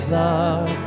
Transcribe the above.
love